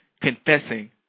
confessing